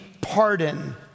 pardon